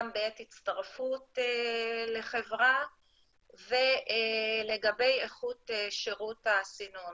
גם בעת הצטרפות לחברה ולגבי איכות שירות הסינון.